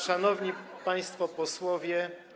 Szanowni Państwo Posłowie!